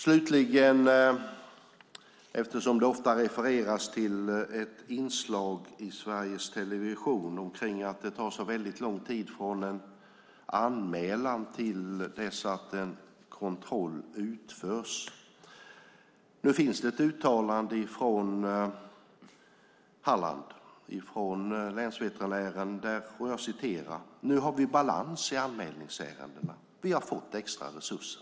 Det refereras ofta till ett inslag i Sveriges television om att det tar så lång tid från det att anmälan görs tills en kontroll utförs. Det finns ett uttalande av länsveterinären i Halland som säger: Nu är det balans i anmälningsärendena. Vi har fått extra resurser.